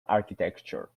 architecture